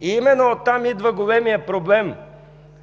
Именно оттам идва големият проблем